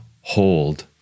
hold